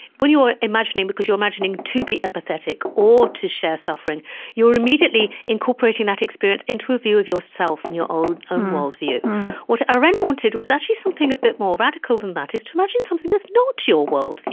when you are imagining because you're imagining to be empathetic or to share suffering you're immediately incorporating that experience into a view of yourself and your own um worldview what arendt wanted was actually something a bit more radical than that, is to imagine something that's not your world,